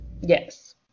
Yes